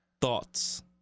Thoughts